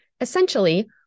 Essentially